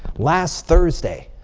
last thursday,